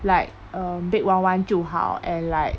like uh bake 玩玩就好 and like